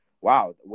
wow